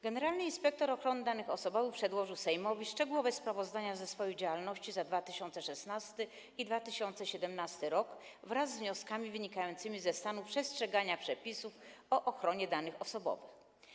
Generalny inspektor ochrony danych osobowych przedłożył Sejmowi szczegółowe sprawozdania ze swojej działalności za 2016 r. i 2017 r. wraz z wnioskami wynikającymi ze stanu przestrzegania przepisów o ochronie danych osobowych.